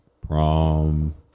prom